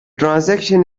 transaction